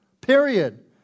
Period